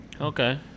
Okay